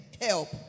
help